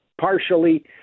partially